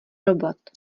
robot